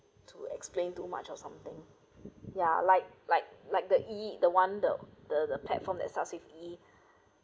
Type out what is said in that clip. to explain too much of something ya like like like the the one the the the platform that starts with e